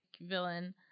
villain